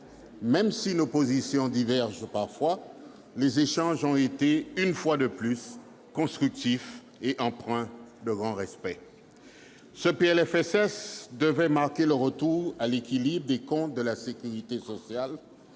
Même si nos positions divergent parfois, les échanges ont été, une fois de plus, constructifs et empreints de grand respect. Ce PLFSS devrait marquer le retour à l'équilibre des comptes de la sécurité sociale